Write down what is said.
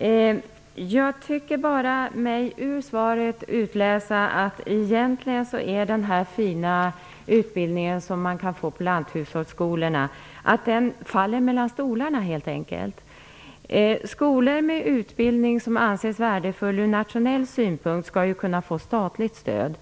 Ur svaret tycker jag mig utläsa att den här fina utbildningen som man kan få på lanthushållsskolorna egentligen faller mellan stolarna. Skolor med utbildning som anses värdefull ur nationell synpunkt skall ju kunna få statligt stöd.